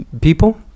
people